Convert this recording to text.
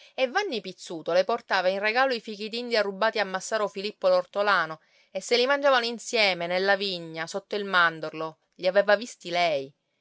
e vanni pizzuto le portava in regalo i fichidindia rubati a massaro filippo l'ortolano e se li mangiavano insieme nella vigna sotto il mandorlo li aveva visti lei